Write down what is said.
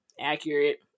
accurate